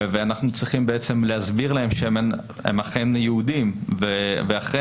ואנחנו צריכים להסביר להם שהם אכן יהודים ואחרי